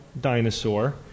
dinosaur